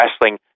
wrestling